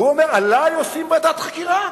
והוא אומר: עלי עושים ועדת חקירה?